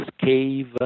cave